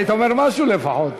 היית אומר משהו לפחות.